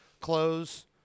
clothes